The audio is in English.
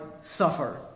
suffer